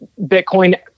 Bitcoin